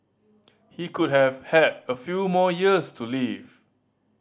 he could have had a few more years to live